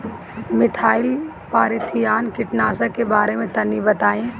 Methyl parathion कीटनाशक के बारे में तनि बताई?